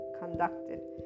conducted